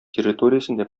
территориясендә